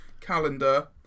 calendar